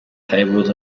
tables